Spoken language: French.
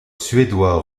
suédois